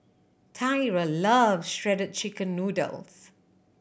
Tyra love Shredded Chicken Noodles